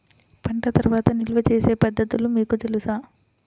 పంట తర్వాత నిల్వ చేసే పద్ధతులు మీకు తెలుసా?